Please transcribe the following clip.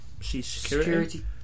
security